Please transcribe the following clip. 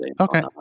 Okay